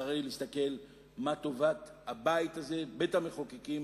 צריך להסתכל מה טובת הבית הזה, בית-המחוקקים.